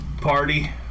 party